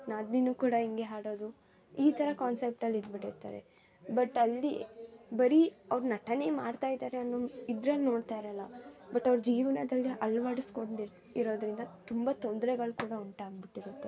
ನಾದಿನಿನು ಕೂಡ ಹಿಂಗೆ ಹಾಡೋದು ಈ ಥರ ಕಾನ್ಸೆಪ್ಟಲ್ಲಿ ಇದ್ಬಿಟ್ಟಿರ್ತಾರೆ ಬಟ್ ಅಲ್ಲಿ ಬರೀ ಅವ್ರ ನಟನೆ ಮಾಡ್ತಾಯಿದ್ದಾರೆ ಅನ್ನೋ ಇದ್ರಲ್ಲಿ ನೋಡ್ತಾ ಇರೋಲ್ಲ ಬಟ್ ಅವ್ರ ಜೀವನದಲ್ಲಿ ಅಳ್ವಡ್ಸ್ಕೊಂಡು ಇರು ಇರೋದರಿಂದ ತುಂಬ ತೊಂದ್ರೆಗಳು ಕೂಡ ಉಂಟಾಗಿಬಿಟ್ಟಿರುತ್ತೆ